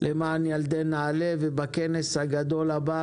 למען ילדי נעל"ה ובכנס הגדול הבא